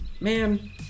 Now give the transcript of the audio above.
Man